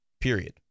period